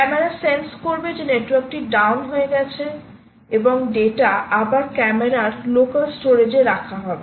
camera sense করবে যে নেটওয়ার্কটি ডাউন হয়ে গেছে এবং ডেটা আবার ক্যামেরার লোকাল স্টোরেজে রাখা হবে